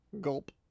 gulp